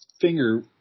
finger